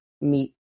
meet